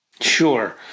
Sure